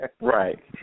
Right